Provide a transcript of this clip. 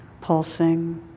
pulsing